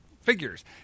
figures